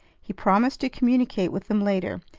he promised to communicate with them later,